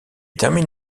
termine